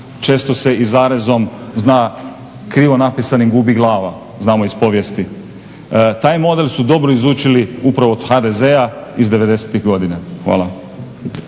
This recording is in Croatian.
Često se i zarezom zna krivo napisanim gubi glava. Znamo iz povijesti. Taj model su dobro izučili upravo od HDZ-a iz devedesetih godina. Hvala.